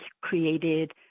created